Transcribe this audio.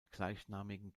gleichnamigen